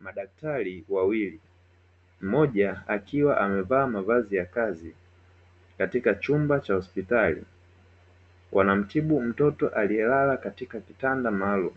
Madaktari wawili, mmoja akiwa amevaa mavazi ya kazi katika chumba cha hospitali, wanamtibu mtoto aliyalala kitandani maalumu,